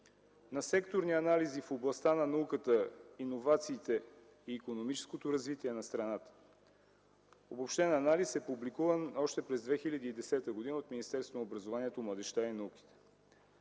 на секторни анализи в областта на науката, иновациите и икономическото развитие на страната. Обобщен анализ е публикуван още през 2010 г. от Министерството на образованието, младежта и науката.